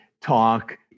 talk